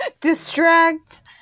Distract